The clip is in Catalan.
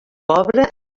pobre